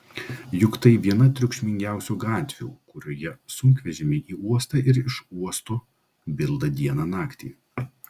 juk tai viena triukšmingiausių gatvių kurioje sunkvežimiai į uostą ir iš uosto bilda dieną naktį